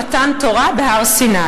במתן תורה בהר-סיני.